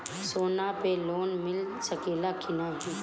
सोना पे लोन मिल सकेला की नाहीं?